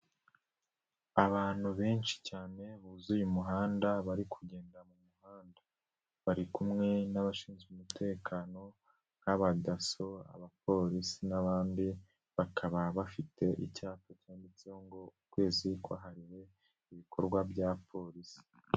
Abantu benshi cyane buzuye umuhanda, bari kugenda mu muhanda, bari kumwe n'abashinzwe umutekano, nk'aba dasso, abapolisi n'abandi, bakaba bafite icyapa cyanditseho ngo ukwezi kwahariwe ibikorwa bya Polisi.